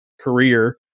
career